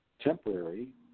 temporary